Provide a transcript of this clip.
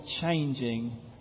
changing